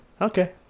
Okay